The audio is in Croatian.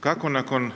kako nakon